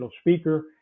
speaker